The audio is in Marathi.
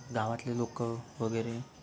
गावातले लोकं वगैरे